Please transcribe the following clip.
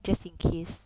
just in case